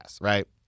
right